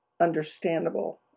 understandable